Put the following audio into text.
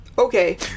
okay